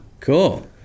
Cool